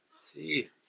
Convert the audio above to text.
See